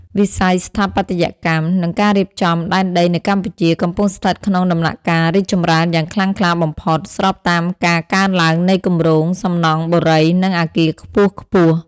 វិស័យស្ថាបត្យកម្ម និងការរៀបចំដែនដីនៅកម្ពុជា កំពុងស្ថិតក្នុងដំណាក់កាលរីកចម្រើនយ៉ាងខ្លាំងក្លាបំផុត ស្របតាមការកើនឡើងនៃគម្រោងសំណង់បុរី និងអគារខ្ពស់ៗ។